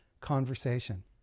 conversation